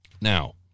Now